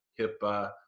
HIPAA